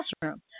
classroom